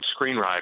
screenwriter